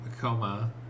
coma